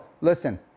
listen